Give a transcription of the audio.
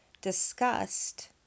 discussed